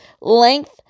length